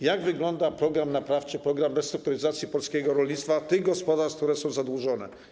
Jak wygląda program naprawczy, program restrukturyzacji polskiego rolnictwa, tych gospodarstw, które są zadłużone?